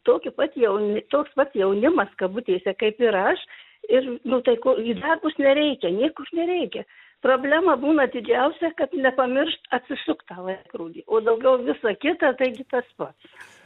tokį pat jauni toks pat jaunimas kabutėse kaip ir aš ir nu tai ko į darbus nereikia niekur nereikia problema būna didžiausia kad nepamiršt atsisukt tą laikrodį o daugiau visa kita taigi tas pats